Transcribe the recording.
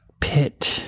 pit